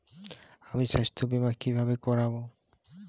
আমি স্বাস্থ্য বিমা কিভাবে করাব?